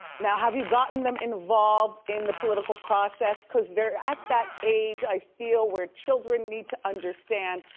now, have you gotten them involved in the political process, cause they're at that age, i feel where children need to understand,